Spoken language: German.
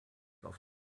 auf